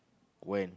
when